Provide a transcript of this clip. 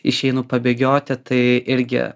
išeinu pabėgioti tai irgi